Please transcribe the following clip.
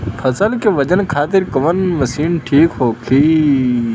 फसल के वजन खातिर कवन मशीन ठीक होखि?